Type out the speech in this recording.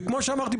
וכמו שאמרתי,